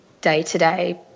day-to-day